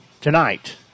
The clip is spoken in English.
tonight